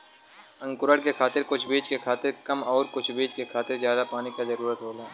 अंकुरण के खातिर कुछ बीज के खातिर कम आउर कुछ बीज के खातिर जादा पानी क जरूरत होला